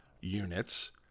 units